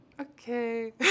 Okay